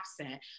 absent